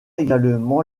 également